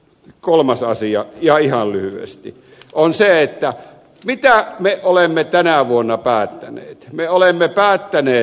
kolmas asia ja ihan lyhyesti on se mitä me olemme tänä vuonna päättäneet